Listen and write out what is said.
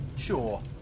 Sure